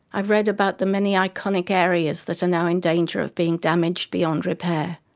i've read about the many iconic areas that are now in danger of being damaged beyond repair.